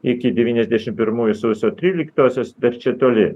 iki devyniasdešimt pirmųjų sausio tryliktosios dar čia toli